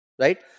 right